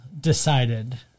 decided